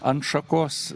ant šakos